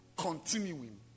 continuing